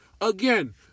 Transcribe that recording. again